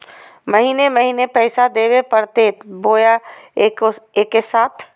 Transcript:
महीने महीने पैसा देवे परते बोया एके साथ?